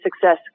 success